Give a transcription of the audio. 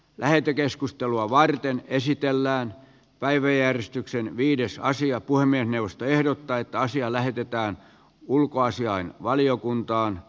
lähetekeskustelua varten esitellään päiväjärjestyksen viidestä asia puhemiesneuvosto ehdottaa että asia lähetetään ulkoasiainvaliokuntaan